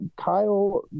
Kyle